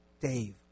Dave